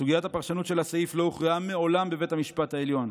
סוגיית הפרשנות של הסעיף לא הוכרעה מעולם בבית המשפט העליון.